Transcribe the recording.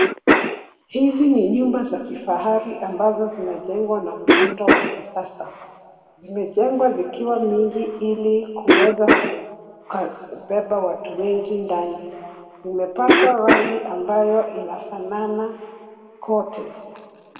Hizi ni nyumba za kifahari ambazo zinajengwa na mtindo wa kisasa. Zimejengwa zikiwa mingi ili kuweza kubeba watu wengi ndani. Zimepakwa rangi ambayo inafanana kote.